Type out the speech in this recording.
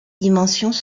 dimensions